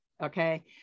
Okay